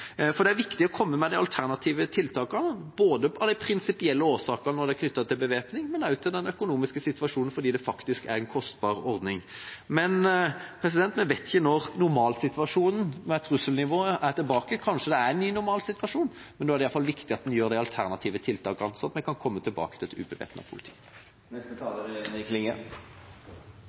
registrert. Det er viktig å komme med de alternative tiltakene, både på grunn av de prinsipielle årsakene knyttet til bevæpning og også ut fra den økonomiske situasjonen fordi det faktisk er en kostbar ordning. Men vi vet ikke når et normalt trusselnivå er tilbake. Kanskje dette faktisk er en ny normalsituasjon, men da er det i hvert fall viktig at en gjør de alternative tiltakene så vi kan komme tilbake til et